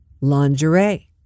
Lingerie